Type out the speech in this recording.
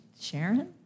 Sharon